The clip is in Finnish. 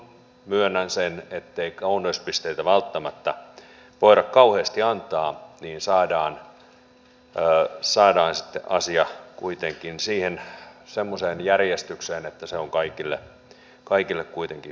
kun myönnän sen ettei kauneuspisteitä välttämättä voida kauheasti antaa niin saadaan sitten asia kuitenkin semmoiseen järjestykseen että se on kaikille kuitenkin hyväksyttävissä